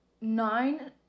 Nine